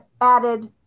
added